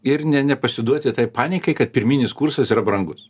ir ne nepasiduoti tai paniekai kad pirminis kursas yra brangus